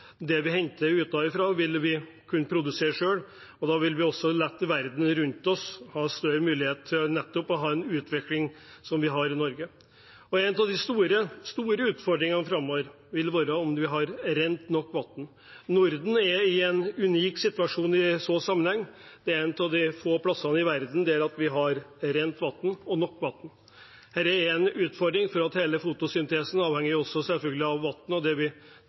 vi nå henter utenfra, vil vi kunne produsere selv, og da vil vi også la verden rundt oss ha større mulighet til å ha nettopp en slik utvikling som vi har i Norge. En av de store, store utfordringene framover vil være om vi har rent og nok vann. Norden er i en unik situasjon i så sammenheng; det er et av de få stedene i verden der vi har rent vann og nok vann. Dette er en utfordring, også fordi hele fotosyntesen selvfølgelig avhenger av vann og det vi